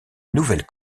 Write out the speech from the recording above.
nouvelle